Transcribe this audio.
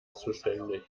zuständig